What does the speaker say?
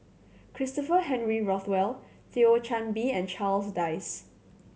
Christopher Henry Rothwell Thio Chan Bee and Charles Dyce